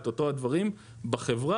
את אותם הדברים בחברה,